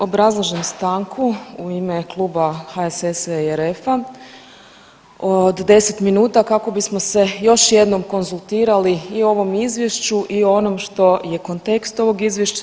Obrazlažem stanku u ime klub HSS-a i RF-a od 10 minuta kako bismo se još jednom konzultirali i o ovom izvješću i o onom što je kontekst ovog izvješća.